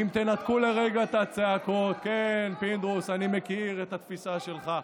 אמילי, את חושבת שהוא צריך את העזרה שלך?